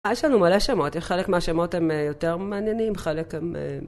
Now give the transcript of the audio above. יש לנו מלא שמות, חלק מהשמות הם יותר מעניינים, חלק הם...